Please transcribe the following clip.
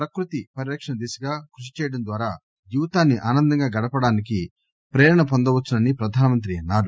ప్రకృతి పరిరక్షణ దిశగా కృషి చేయడం ద్వారా జీవితాన్ని ఆనందంగా గడపడానికి ప్రేరణ పొందవచ్చునని ప్రధానమంత్రి అన్నారు